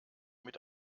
mit